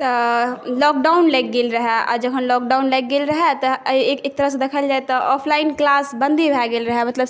तऽ लॉकडाउन लागि गेल रहय आ जहन लॉकडाउन लागि गेल रहै तऽ एक तरहसँ देखल जाए तऽ ऑफलाइन क्लास बन्दे भए गेल रहै